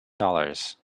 dollars